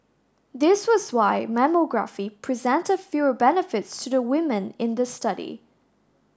this was why mammography present fewer benefits to the women in the study